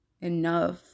enough